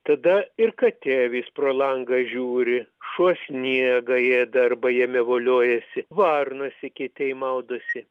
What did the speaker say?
tada ir katė vis pro langą žiūri šuo sniegą ėda arba jame voliojasi varnos eketėj maudosi